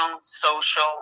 Social